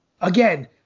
Again